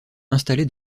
installé